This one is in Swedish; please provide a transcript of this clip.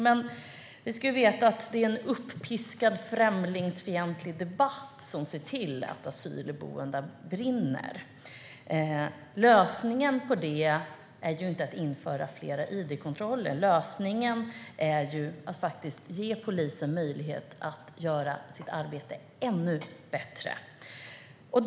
Men vi ska veta att det är en uppiskad främlingsfientlig debatt som gör att asylboenden brinner. Lösningen på det problemet är inte att införa fler id-kontroller utan lösningen är att faktiskt ge polisen möjlighet att göra ett ännu bättre arbete.